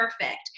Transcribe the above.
perfect